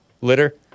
litter